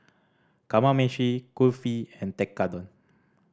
Kamameshi Kulfi and Tekkadon